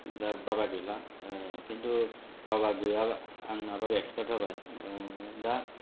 दा बाबा गैला ओ किन्तु बाबा गैयाबा आंनाबो एक्सपार्ट जाबाय दा